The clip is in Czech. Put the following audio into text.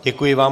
Děkuji vám.